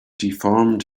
deformed